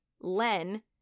Len